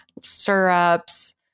syrups